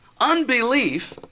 Unbelief